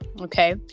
Okay